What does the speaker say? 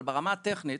אבל ברמה הטכנית,